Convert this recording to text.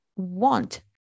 want